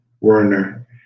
Werner